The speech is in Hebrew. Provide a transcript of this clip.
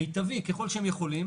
מיטבי ככל שהוא יכול,